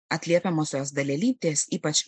atliepiamosios dalelytės ypač